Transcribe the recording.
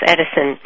Edison